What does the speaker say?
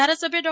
ધારાસભ્ય ડો